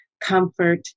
comfort